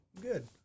Good